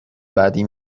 بعدی